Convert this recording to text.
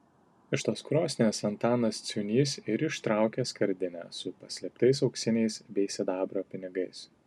iš tos krosnies antanas ciūnys ir ištraukė skardinę su paslėptais auksiniais bei sidabro pinigais